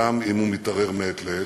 גם אם הוא מתערער מעת לעת.